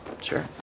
sure